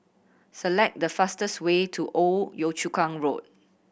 select the fastest way to Old Yio Chu Kang Road